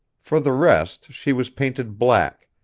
for the rest, she was painted black,